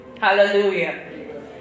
Hallelujah